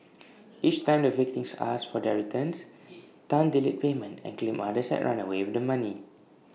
each time the victims asked for their returns Tan delayed payment and claimed others had run away with the money